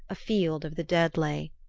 a field of the dead lay.